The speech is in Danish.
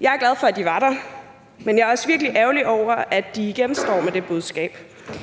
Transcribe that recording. Jeg er glad for, at de var der, men jeg er også virkelig ærgerlig over, at de igen står med det budskab. Jeg